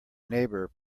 neighbor